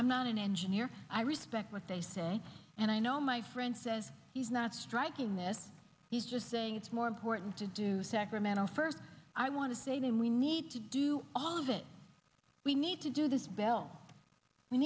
i'm not an engineer i respect what they say and i know my friend says he's not striking that he's just saying it's more important to do sacramento first i want to say to him we need to do all of it we need to do this bell